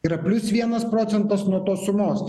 yra plius vienas procentas nuo tos sumos